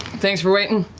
thanks for waiting.